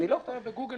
עכשיו בגוגל